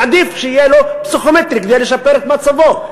יעדיף שיהיה לו פסיכומטרי כדי לשפר את מצבו.